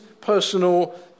personal